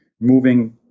moving